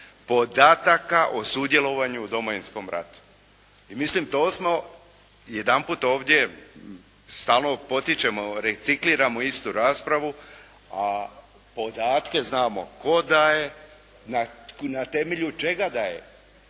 podataka o sudjelovanju u Domovinskom ratu. Mislim to smo jedanput ovdje, stalno potičemo, recikliramo istu raspravu, a podatke znamo tko daje, na temelju čega daje.